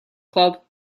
club